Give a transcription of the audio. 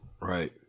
right